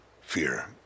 fear